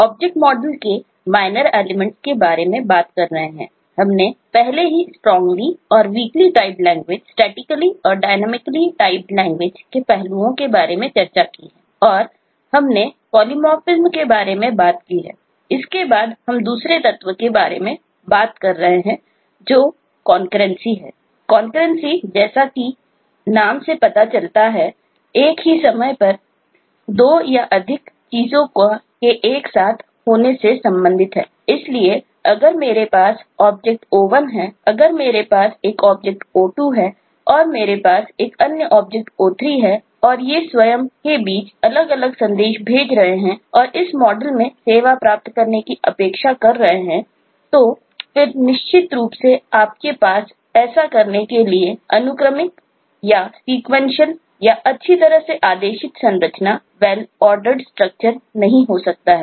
concurrency नहीं हो सकता है